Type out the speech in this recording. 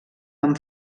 amb